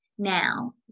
now